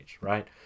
Right